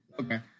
Okay